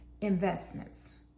investments